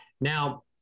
now